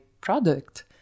product